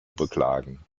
beklagen